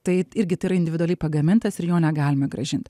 tai irgi tai yra individualiai pagamintas ir jo negalima grąžint